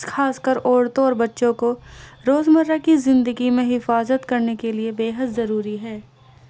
خاص کر عورتوں اور بچوں کو روزمرہ کی زندگی میں حفاظت کرنے کے لیے بے حد ضروری ہے